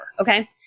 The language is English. okay